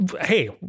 hey